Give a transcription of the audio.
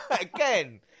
Again